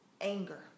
anger